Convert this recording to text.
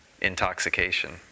intoxication